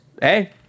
Hey